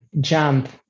jump